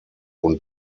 und